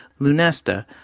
Lunesta